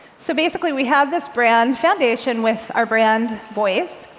so basically, we have this brand foundation with our brand voice,